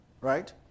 Right